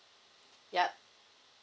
yup